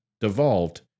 devolved